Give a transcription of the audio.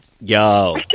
Yo